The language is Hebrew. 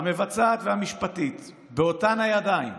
המבצעת והמשפטית, באותן הידיים,